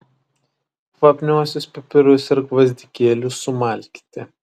kvapniuosius pipirus ir gvazdikėlius sumalkite